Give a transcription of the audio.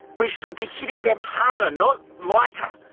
we should be hitting them harder, not lighter.